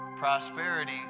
Prosperity